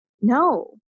no